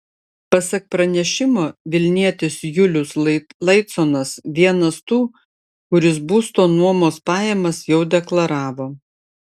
pasak pranešimo vilnietis julius laiconas vienas tų kuris būsto nuomos pajamas jau deklaravo